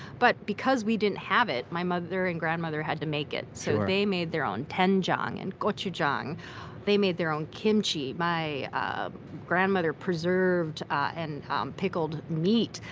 but because we didn't have it, my mother and grandmother had to make it so they made their own doenjang and gochujang. they made their own kimchi. my ah grandmother preserved and um pickled meat.